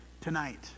tonight